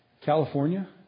California